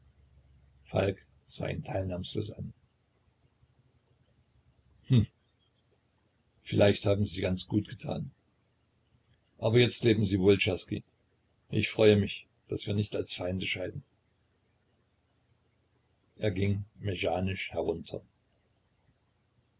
falk sah ihn teilnahmslos an hm vielleicht haben sie gut getan aber jetzt leben sie wohl czerski ich freue mich daß wir nicht als feinde scheiden er ging mechanisch herunter